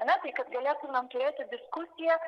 ane tai kad galėtumėm turėti diskusijas